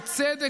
בצדק,